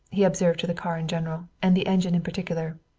he observed to the car in general, and the engine in particular.